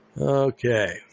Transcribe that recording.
Okay